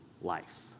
life